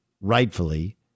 rightfully